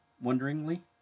wonderingly